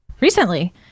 recently